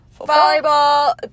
Volleyball